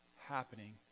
happening